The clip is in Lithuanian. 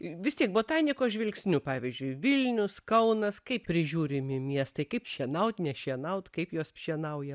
vis tik botanikos žvilgsniu pavyzdžiui vilnius kaunas kaip prižiūrimi miestai kaip šienaut nešienaut kaip juos šienauja